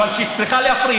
אבל זה שהיא צריכה להפריע,